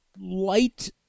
light